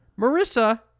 Marissa